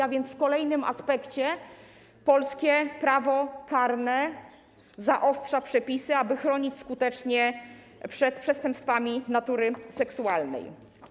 A więc w kolejnym aspekcie polskie prawo karne zaostrza przepisy, aby chronić skutecznie przed przestępstwami natury seksualnej.